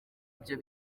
ibyo